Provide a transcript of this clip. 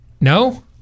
No